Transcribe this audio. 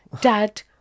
dad